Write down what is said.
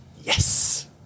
yes